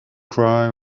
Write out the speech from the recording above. cry